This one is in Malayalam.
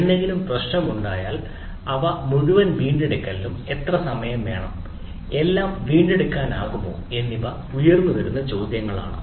എന്തെങ്കിലും പ്രശ്നമുണ്ടായാൽ മുഴുവൻ വീണ്ടെടുക്കലിനും എത്ര സമയം വേണം എല്ലാം വീണ്ടെടുക്കാനാകുമോ എന്നിവ ഉയർന്നു വരുന്ന ചോദ്യങ്ങളാണ്